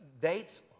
dates